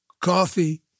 Coffee